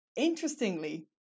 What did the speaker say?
Interestingly